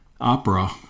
opera